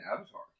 Avatar